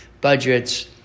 budgets